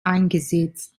eingesetzt